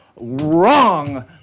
Wrong